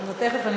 תכף.